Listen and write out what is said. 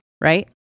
right